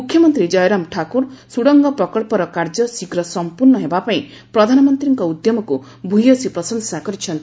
ମୁଖ୍ୟମନ୍ତ୍ରୀ ଜୟରାମ ଠାକୁର ସୁଡ଼ଙ୍ଗ ପ୍ରକଳ୍ପର କାର୍ଯ୍ୟ ଶୀଘ୍ର ସମ୍ପୂର୍ଣ୍ଣ ହେବା ପାଇଁ ପ୍ରଧାନମନ୍ତ୍ରୀଙ୍କ ଉଦ୍ୟମକୁ ଭୟସୀ ପ୍ରଶଂସା କରିଚ୍ଚନ୍ତି